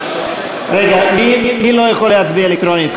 רגע, מי לא יכול להצביע אלקטרונית?